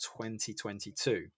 2022